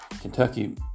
Kentucky